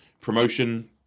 promotion